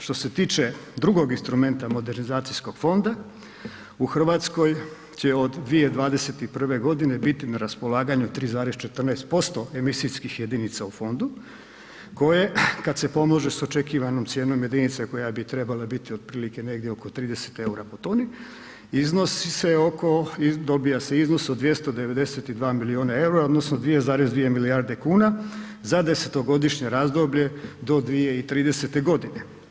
Što se tiče drugog instrumenta modernizacijskog fonda, u Hrvatskoj je od 2021. g. biti na raspolaganju 3,14% emisijskih jedinica u fondu koje kad se pomnože s očekivanom cijenom jedinice koja bi trebala biti otprilike negdje oko 30 eura po toni, iznosi se oko, dobiva se iznos od 292 milijuna eura odnosno 2,2 milijarde kuna za 10-godišnje razdoblje do 2030 godine.